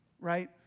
right